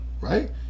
right